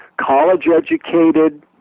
college-educated